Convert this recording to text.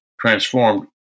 transformed